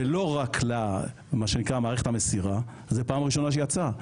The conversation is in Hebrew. ולא רק למערכת המסירה, זה פעם ראשונה שיצאה.